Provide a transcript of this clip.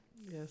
Yes